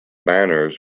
banners